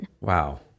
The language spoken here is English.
Wow